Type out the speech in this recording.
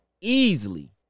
easily